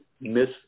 miss